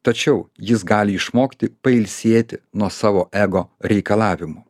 tačiau jis gali išmokti pailsėti nuo savo ego reikalavimų